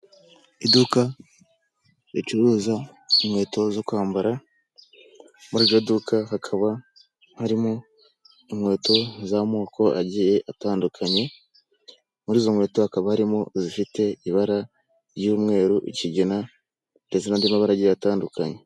Iduka ricuruza inkweto zo kwambara, muri iryo duka hakaba harimo inkweto z'amoko agiye atandukanye, muri izo nkweto hakaba harimo zifite ibara ry'umweru, ikigina, ndetse n'andi mabara agiye atandukanye.